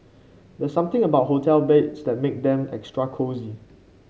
there's something about hotel beds that make them extra cosy